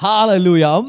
Hallelujah